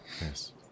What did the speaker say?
Yes